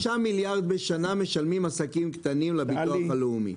למעלה מ-5 מיליארד בשנה משלמים עסקים קטנים לביטוח הלאומי.